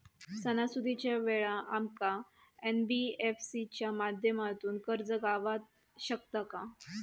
सणासुदीच्या वेळा आमका एन.बी.एफ.सी च्या माध्यमातून कर्ज गावात शकता काय?